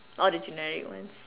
all the generic ones